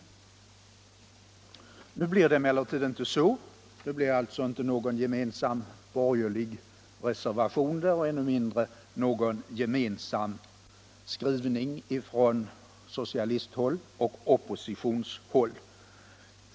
Nu blev det emellertid inte så. Det blir alltså inte någon gemensam borgerlig reservation där, och ännu mindre någon gemensam skrivning från socialisthåll och oppositionshåll.